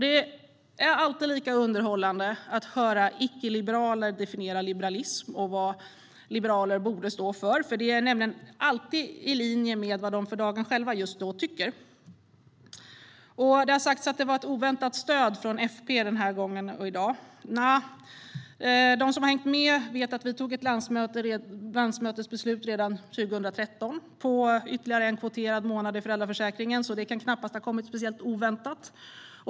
Det är alltid lika underhållande att höra icke-liberaler definiera liberalism och vad liberaler borde stå för. Det är nämligen alltid i linje med vad de för dagen själva tycker. Det har sagts att det har varit ett oväntat stöd från FP i dag, men de som har hängt med vet att vi fattade ett landsmötesbeslut redan 2013 om ytterligare en kvoterad månad i föräldraförsäkringen. Det kan knappast ha kommit speciellt oväntat.